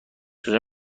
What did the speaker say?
کجا